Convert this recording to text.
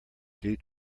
due